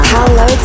Hello